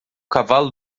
cavalo